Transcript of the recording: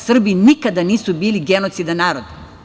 Srbi nikada nisu bili genocidan narod.